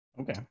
Okay